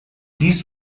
dies